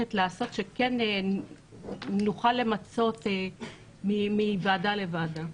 וללכת לעשות שכן נוכל למצות מוועדה לוועדה?